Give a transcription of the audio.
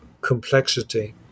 complexity